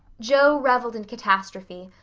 jo revelled in catastrophe,